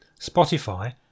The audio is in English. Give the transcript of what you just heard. Spotify